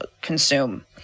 consume